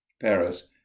Paris